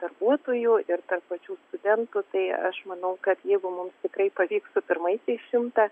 darbuotojų ir pačių studentų tai aš manau kad jeigu mums tikrai pavyks su pirmaisiais šimtą